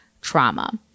trauma